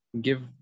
give